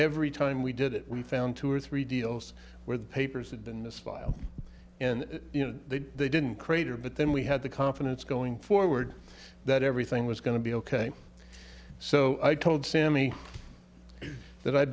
every time we did it we found two or three deals where the papers had been in this file and you know they didn't crater but then we had the confidence going forward that everything was going to be ok so i told sammy that i'